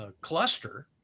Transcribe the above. cluster